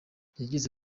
yagize